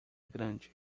grande